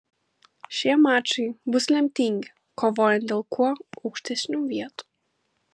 šie mačai bus lemtingi kovojant dėl kuo aukštesnių vietų